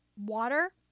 water